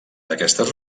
aquestes